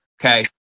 Okay